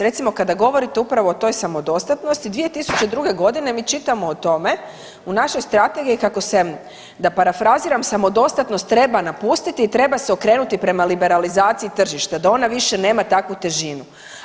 Recimo kada govorite upravo o toj samodostatnosti 2002.g. mi čitamo o tome u našoj strategiji kako se da parafraziram samodostatnost treba napustiti i treba se okrenuti prema liberalizaciji tržišta, da ona više nema takvu težinu.